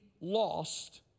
lost